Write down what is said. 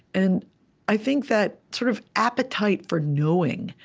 and i think that sort of appetite for knowing,